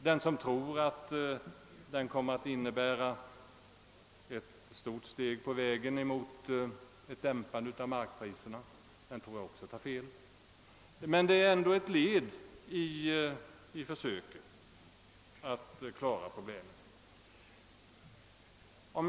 Den som tror att lagen kommer att innebära ett stort steg på vägen mot ett dämpande av markpriserna, tar nog också fel, men den är som sagt ändå ett led i försöken att lösa problemen.